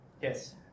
Yes